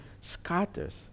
scatters